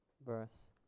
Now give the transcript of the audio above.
verse